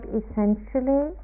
essentially